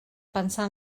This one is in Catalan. pensar